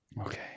Okay